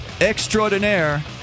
extraordinaire